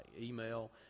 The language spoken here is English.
email